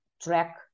track